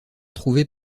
trouvée